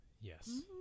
Yes